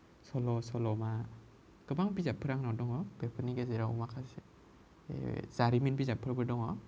सल' सल'मा गोबां बिजाबफ्रा आंनाव दङ बेफोरनि गेजेराव माखासे जारिमिन बिजाब फोरबो दङ